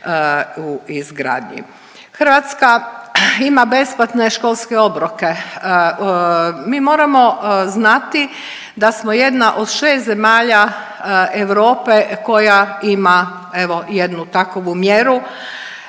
Hrvatska ima besplatne školske obroke. Mi moramo znati da smo jedna od 6 zemalja Europe koja ima evo jednu takovu mjeru